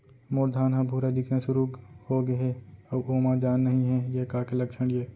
मोर धान ह भूरा दिखना शुरू होगे हे अऊ ओमा जान नही हे ये का के लक्षण ये?